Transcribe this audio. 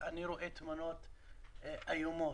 אני רואה תמונות איומות.